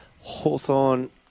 Hawthorne